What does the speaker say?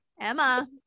Emma